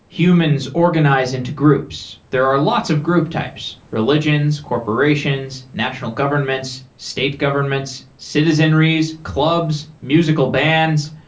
humans organize into groups. there are lots of group types religions, corporations, national governments, state governments, citizenries, clubs, musical bands,